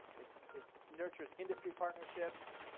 it it nurtures industry partnerships,